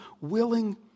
willing